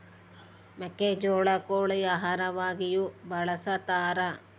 ಮೆಕ್ಕೆಜೋಳ ಕೋಳಿ ಆಹಾರವಾಗಿಯೂ ಬಳಸತಾರ